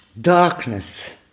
darkness